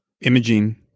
Imaging